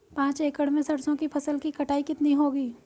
पांच एकड़ में सरसों की फसल की कटाई कितनी होगी?